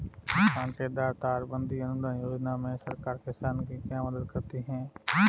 कांटेदार तार बंदी अनुदान योजना में सरकार किसान की क्या मदद करती है?